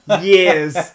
years